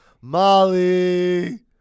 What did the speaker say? Molly